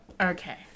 Okay